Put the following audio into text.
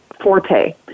forte